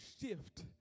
shift